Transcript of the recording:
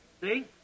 See